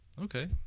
Okay